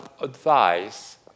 advice